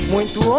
Muito